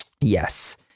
Yes